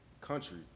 country